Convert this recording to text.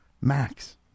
Max